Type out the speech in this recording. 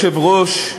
גברתי היושבת-ראש,